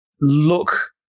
look